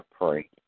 pray